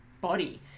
body